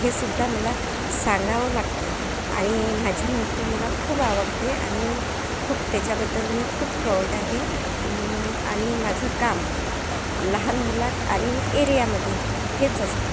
हे सुद्धा मला सांगावं लागतंय आणि माझी नोकरी मला खूप आवडते आणि खूप त्याच्याबद्दल मी खूप प्राउड आहे आणि माझं काम लहान मुलांत आणि एरियामध्ये हेच असतं